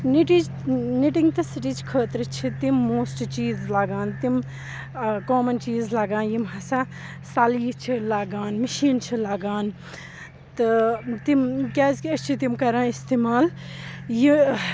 نِٹِج knitting تہٕ stitch خٲطرٕ چھِ تِم موسٹ چیٖز لَگان تِم کامَن چیٖز لَگان یِم ہَسا سَلیہِ چھِ لَگان مِشیٖن چھِ لَگان تہٕ تِم کیٛازِکہِ أسۍ چھِ تِم کَران استعمال یہِ